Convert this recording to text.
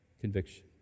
conviction